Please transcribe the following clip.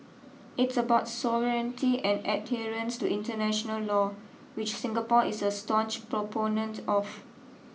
it's about sovereignty and adherence to international law which Singapore is a staunch proponent of